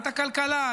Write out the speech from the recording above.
את הכלכלה,